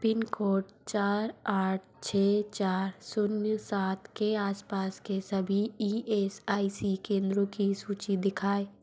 pin code चार आठ छः चार शून्य सात के आस पास के सभी ई एस आई सी केंद्रों की सूची दिखाएँ